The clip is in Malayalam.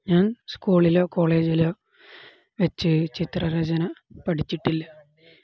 ഞാൻ സ്കൂളിലോ കോളേജിലോവച്ചു ചിത്രരചന പഠിച്ചിട്ടില്ല